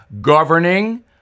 governing